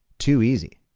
too easy.